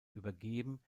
übergeben